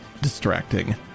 distracting